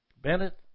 Bennett